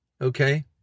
Okay